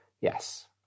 Yes